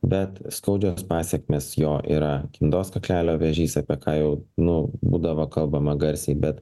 bet skaudžios pasekmės jo yra gimdos kaklelio vėžys apie ką jau nu būdavo kalbama garsiai bet